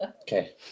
Okay